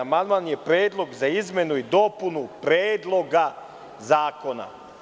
Amandman je predlog za izmenu i dopunu predloga zakona“